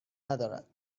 ندارد